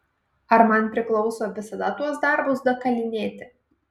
ar man priklauso visada tuos darbus dakalinėti